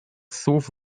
słów